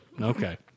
Okay